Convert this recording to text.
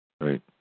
Right